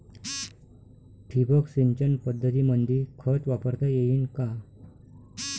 ठिबक सिंचन पद्धतीमंदी खत वापरता येईन का?